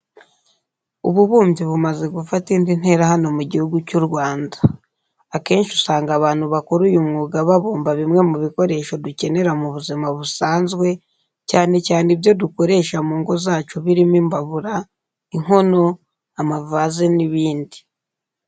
Ububumbyi bumaze gufata indi ntera hano mu gihugu cy'u Rwanda. Akenshi usanga abantu bakora uyu mwuga babumba bimwe mu bikoresho dukenera mu buzima busanzwe cyane cyane ibyo dukoresha mu ngo zacu birimo imbabura, inkono, amavaze n'ibindi.